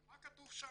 על מה כתוב שם,